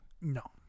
No